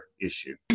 issue